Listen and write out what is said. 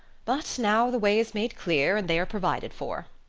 but now the way is made clear and they are provided for.